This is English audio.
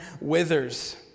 withers